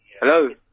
Hello